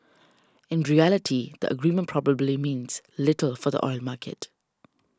in reality the agreement probably means little for the oil market